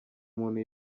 umuntu